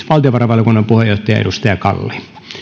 valtiovarainvaliokunnan puheenjohtaja edustaja kalli